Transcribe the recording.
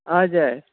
हजुर